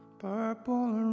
purple